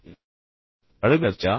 சில அழகுணர்ச்சியா